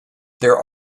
there